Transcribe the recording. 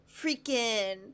Freaking